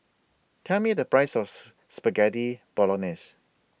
Tell Me The Price of Spaghetti Bolognese